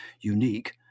unique